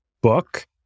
book